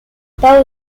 pas